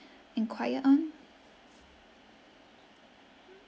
enquire on